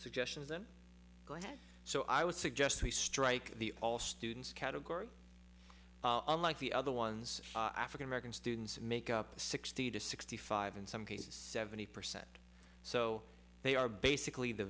suggestions them go ahead so i would suggest we strike the all students category unlike the other ones african american students make up sixty to sixty five in some cases seventy percent so they are basically the